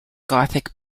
gothic